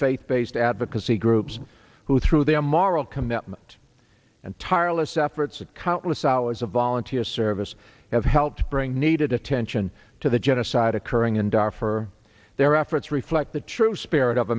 faith based advocacy groups who through their moral commitment and tireless efforts and countless hours of volunteer service have helped bring needed attention to the genocide occurring and are for their efforts reflect the true spirit of